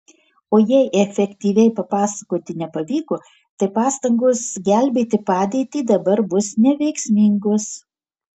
o jei efektyviai papasakoti nepavyko tai pastangos gelbėti padėtį dabar bus neveiksmingos